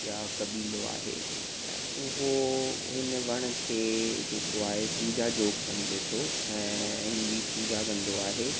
यां कबीलो आहे त उहो हिन वण खे जेको आहे पूॼा जोग समझे थो ऐं हिन जी पूॼा कंदो आहे